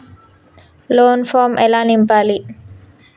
Loan form ఎలా నింపాలి?